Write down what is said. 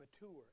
Mature